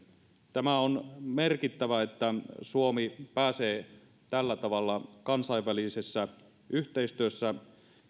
tämä on merkittävää että suomi pääsee tällä tavalla kansainvälisessä yhteistyössä